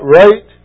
right